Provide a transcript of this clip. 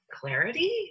clarity